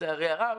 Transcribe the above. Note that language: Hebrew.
לצערי הרב.